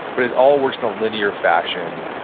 but it all works in a linear fashion,